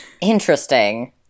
Interesting